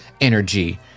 energy